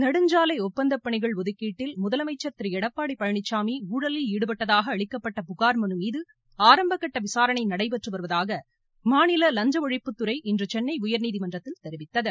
நெடுஞ்சாலை ஒப்பந்தப்பணிகள் ஒதுக்கீட்டில் முதலமைச்சர் திரு எடப்பாடி பழனிசாமி ஊழலில் ஈடுபட்டதாக அளிக்கப்பட்ட புகார் மனு மீது ஆரம்பக்கட்ட விசாரணை நடைபெற்று வருவதாக மாநில லஞ்ச ஒழிப்புத்துறை இன்று சென்னை உயர்நீதிமன்றத்தில் தெரிவித்தது